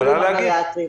החולים הגריאטריים.